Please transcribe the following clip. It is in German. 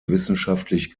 wissenschaftlich